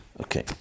Okay